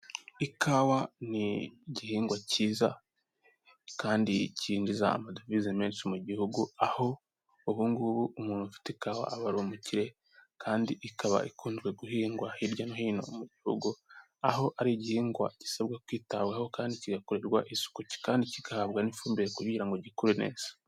Ikawa ni igihingwa kiza kandi kinjiza amadovize menshi mu gihugu, aho ubungubu umuntu afite ikawa aba ari umukire, kandi ikaba ikunzwe guhingwa hirya no hino mu gihugu, aho ari igihingwa gisabwa kwitabwaho kandi kigakorerwa isuku, kandi kigahabwa n'ifumbire kugira ngo gikure neza.